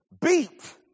beat